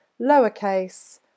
lowercase